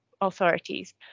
authorities